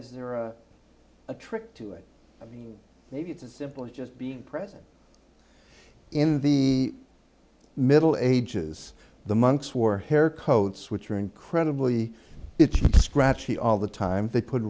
is there a trick to it i mean maybe it's simply just being present in the middle ages the monks for hair coats which are incredibly scratchy all the time they put